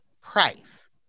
price